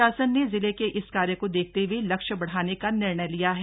शासन ने जिले के इस कार्य को देखते हए लक्ष्य बढ़ाने का निर्णय लिया है